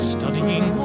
Studying